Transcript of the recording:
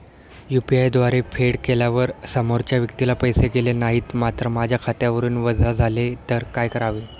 UPI द्वारे फेड केल्यावर समोरच्या व्यक्तीला पैसे गेले नाहीत मात्र माझ्या खात्यावरून वजा झाले तर काय करावे?